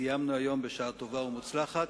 סיימנו היום בשעה טובה ומוצלחת,